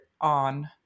on